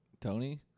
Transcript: Tony